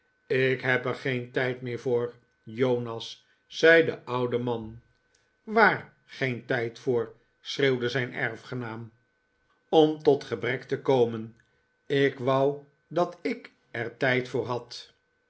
ik heb er geen tijd meer voor jonas zei de oude man waar geen tijd voor schreeuwde zijn erfgenaam om tot gebrek te komen ik wou dat ik er tijd voor had